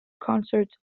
concerts